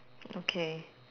okay